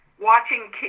watching